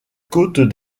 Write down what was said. côte